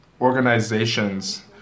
organizations